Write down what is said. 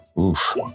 Oof